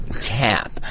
cap